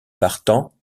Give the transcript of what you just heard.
partant